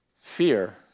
fear